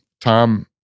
Tom